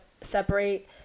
separate